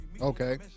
Okay